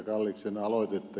kalliksen aloitetta